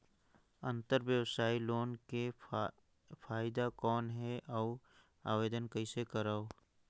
अंतरव्यवसायी लोन के फाइदा कौन हे? अउ आवेदन कइसे करव?